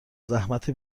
زحمت